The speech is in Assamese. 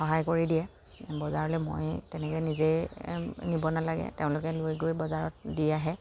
সহায় কৰি দিয়ে বজাৰলৈ মই তেনেকৈ নিজেই নিব নালাগে তেওঁলোকে লৈ গৈ বজাৰত দি আহে